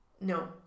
No